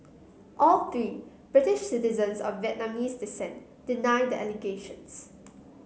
all three British citizens of Vietnamese descent deny the allegations